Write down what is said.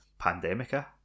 pandemica